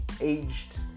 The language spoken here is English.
Aged